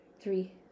three